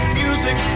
music